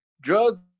drugs